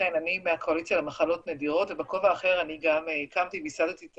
אכן אני מהקואליציה למחלות נדירות ובכובע אחר גם הקמתי וייסדתי את